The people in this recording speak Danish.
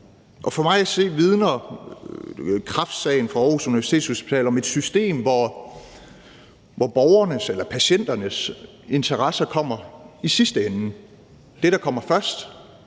For mig at se vidner kræftsagen fra Aarhus Universitetshospital om et system, hvor borgernes eller patienternes interesser kommer i sidste ende. Det, der kommer først,